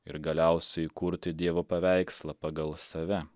ir galiausiai kurti dievo paveikslą pagal save